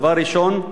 דבר ראשון,